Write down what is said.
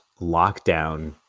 lockdown